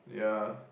yeah